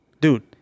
dude